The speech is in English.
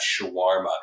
shawarma